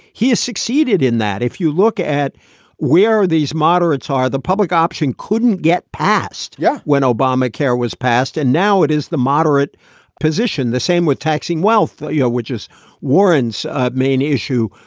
he has succeeded in that. if you look at where are these moderates are, the public option couldn't get passed. yeah. when obamacare was passed. and now it is the moderate position. the same with taxing wealth, yeah which is warren's main issue.